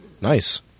Nice